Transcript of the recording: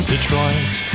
Detroit